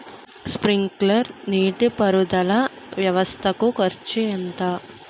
Sprinkler నీటిపారుదల వ్వవస్థ కు ఖర్చు ఎంత?